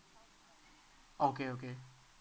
okay okay